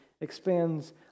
expands